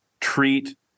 treat